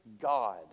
God